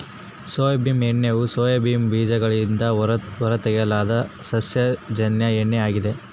soybean ಎಣ್ಣೆಯು soybean ಬೀಜಗಳಿಂದ ಹೊರತೆಗೆಯಲಾದ ಸಸ್ಯಜನ್ಯ ಎಣ್ಣೆ ಆಗಿದೆ